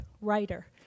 writer